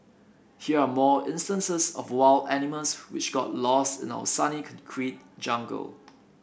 here are more instances of wild animals which got lost in our sunny concrete jungle